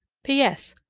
p s.